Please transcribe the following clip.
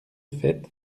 fait